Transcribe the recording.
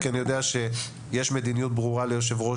כי אני יודע שיש מדיניות ברורה ליושב-ראש